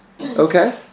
Okay